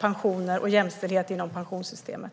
pensioner och jämställdhet inom pensionssystemet.